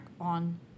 on